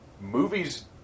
Movies